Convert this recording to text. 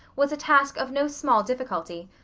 was a task of no small difficulty.